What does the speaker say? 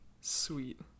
Sweet